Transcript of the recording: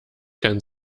kein